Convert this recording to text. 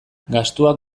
gastuak